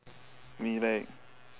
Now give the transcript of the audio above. me right